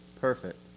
perfect